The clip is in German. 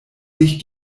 sich